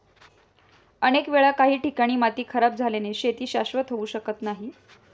अनेक वेळा काही ठिकाणी माती खराब झाल्याने शेती शाश्वत होऊ शकत नाही